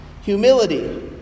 humility